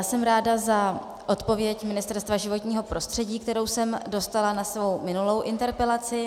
Jsem ráda za odpověď Ministerstva životního prostředí, kterou jsem dostala na svou minulou interpelaci.